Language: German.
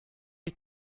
ich